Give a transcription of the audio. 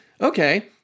okay